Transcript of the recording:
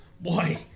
Boy